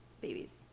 Babies